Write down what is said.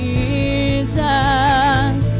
Jesus